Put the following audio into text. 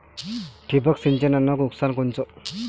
ठिबक सिंचनचं नुकसान कोनचं?